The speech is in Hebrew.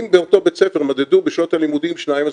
אם באותו בית ספר מדדו בשעות הלימודים שניים אז